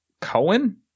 Cohen